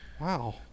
Wow